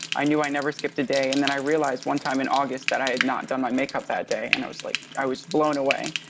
i knew i never skipped a day, and then i realized one time in august that i had not done my makeup that day, and i was like, i was blown away.